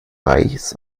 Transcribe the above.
reis